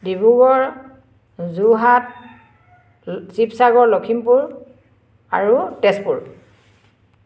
ডিব্ৰুগড় যোৰহাট শিৱসাগৰ লখিমপুৰ আৰু তেজপুৰ